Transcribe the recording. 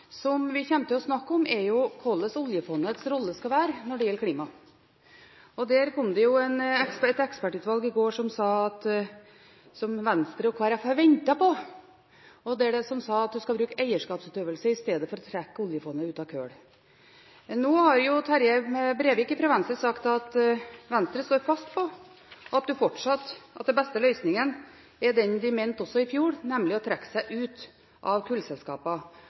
vi kommer til å snakke om, er hvordan oljefondets rolle skal være når det gjelder klima. Et ekspertutvalg – som Venstre og Kristelig Folkeparti har ventet på – sa i går at en skal bruke eierskapsutøvelse i stedet for å trekke oljefondet ut av kull. Men Terje Breivik fra Venstre har jo sagt at Venstre står fast på at den beste løsningen er den de sto for i fjor, nemlig å trekke seg ut av